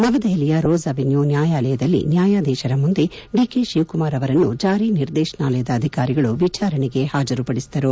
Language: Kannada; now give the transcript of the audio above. ನವದೆಹಲಿಯ ರೋಸ್ ಅವಿನ್ಯೂ ನ್ಯಾಯಾಲಯದಲ್ಲಿ ನ್ಯಾಯಾಧೀಶರ ಮುಂದೆ ಡಿಕೆ ಶಿವಕುಮಾರ್ ಅವರನ್ನು ಜಾರಿ ನಿರ್ದೇಶನಾಲಯ ಅಧಿಕಾರಿಗಳು ವಿಚಾರಣೆಗೆ ಹಾಜರುಪಡಿಸಿದರು